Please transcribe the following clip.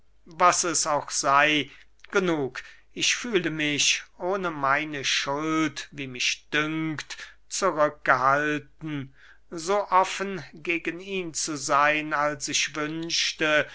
was es auch sey genug ich fühle mich ohne meine schuld wie mich dünkt zurück gehalten so offen gegen ihn zu seyn als ich wünschte